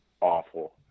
awful